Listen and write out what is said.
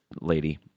lady